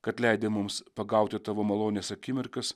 kad leidai mums pagauti tavo malonias akimirkas